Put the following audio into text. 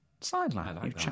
Sideline